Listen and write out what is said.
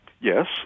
Yes